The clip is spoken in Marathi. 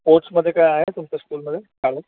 स्पोर्टसमध्ये काय आहे तुमच्या स्कूलमध्ये शाळेत